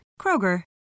Kroger